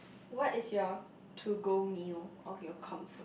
what is your to go meal or your comfort